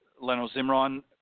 Leno-Zimron